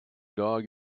dog